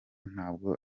ntabwo